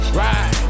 ride